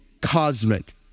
cosmic